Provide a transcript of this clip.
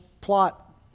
plot